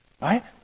right